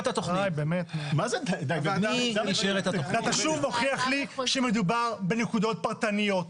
אתה שוב מוכיח לי שמדובר בנקודות פרטניות,